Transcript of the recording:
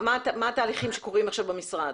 מה התהליכים שקורים עכשיו במשרד?